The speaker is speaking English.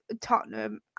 Tottenham